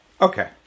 Okay